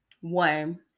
One